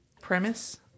premise